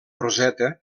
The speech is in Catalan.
roseta